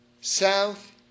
south